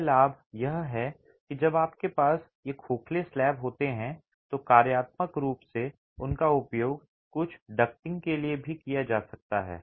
अन्य लाभ यह है कि जब आपके पास ये खोखले स्लैब होते हैं तो कार्यात्मक रूप से उनका उपयोग कुछ डक्टिंग के लिए भी किया जा सकता है